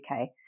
UK